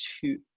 two